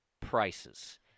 prices